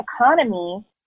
economy